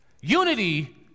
Unity